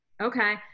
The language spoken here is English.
Okay